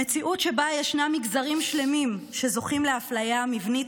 המציאות שבה ישנם מגזרים שלמים שזוכים לאפליה מבנית